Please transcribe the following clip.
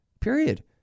period